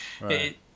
Right